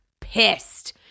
pissed